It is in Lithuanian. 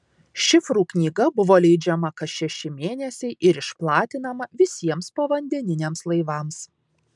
šifrų knyga buvo leidžiama kas šeši mėnesiai ir išplatinama visiems povandeniniams laivams